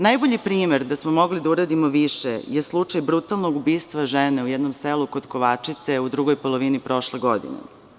Najbolji primer da smo mogli da uradimo više je slučaj brutalnog ubistva žene u jednom selu kod Kovačice u drugoj polovini prošle godine.